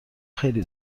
خیلی